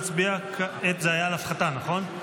זה היה על הפחתה, נכון?